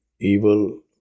evil